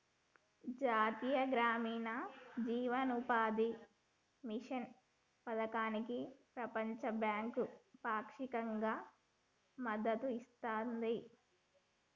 జాతీయ గ్రామీణ జీవనోపాధి మిషన్ పథకానికి ప్రపంచ బ్యాంకు పాక్షికంగా మద్దతు ఇస్తది